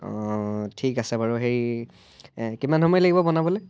অঁ ঠিক আছে বাৰু হেৰি কিমান সময় লাগিব বনাবলৈ